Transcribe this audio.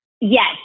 Yes